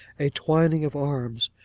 a twining of arms,